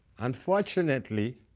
unfortunately,